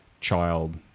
child